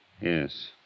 Yes